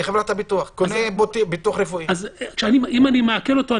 אם אני מעקל אותו,